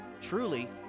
truly